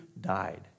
died